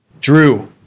Drew